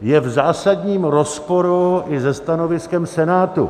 Je v zásadním rozporu i se stanoviskem Senátu.